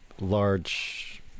large